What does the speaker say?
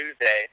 tuesday